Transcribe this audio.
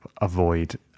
avoid